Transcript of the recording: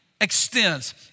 Extends